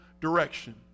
direction